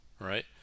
right